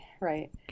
right